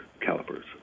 calipers